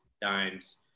dimes